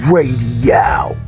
Radio